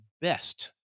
best